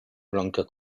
blanka